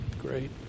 Great